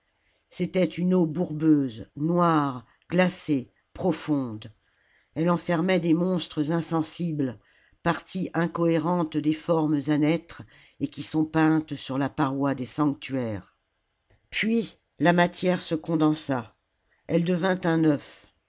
c'était une eau bourbeuse noire glacée profonde elle enfermait des monstres insensibles parties incohérentes des formes à naître et qui sont peintes sur la paroi des sanctuaires puis la matière se condensa elle devint un œuf